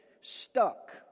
stuck